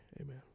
amen